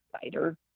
fighter